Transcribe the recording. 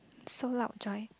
so loud joy